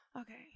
Okay